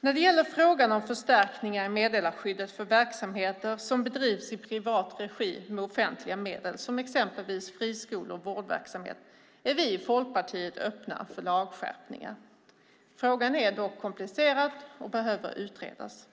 När det gäller frågan om förstärkningar i meddelarskyddet för verksamheter som bedrivs i privat regi med offentliga medel, exempelvis friskolor och vårdverksamhet, är vi i Folkpartiet öppna för lagskärpningar. Frågan är dock komplicerad och behöver utredas.